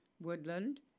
Woodland